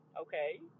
Okay